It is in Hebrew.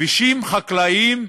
כבישים חקלאיים,